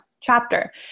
chapter